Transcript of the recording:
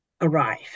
arrive